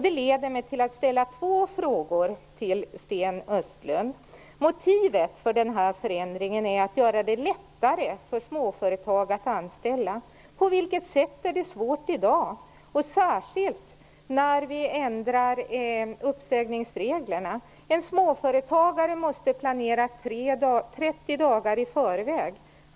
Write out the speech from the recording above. Det leder mig till att ställa två frågor till Sten Östlund. Motivet för den här förändringen är att göra det lättare för småföretag att anställa. På vilket sätt är det svårt i dag, särskilt när vi ändrar uppsägningsreglerna? En småföretagare måste planera 30 dagar i förväg.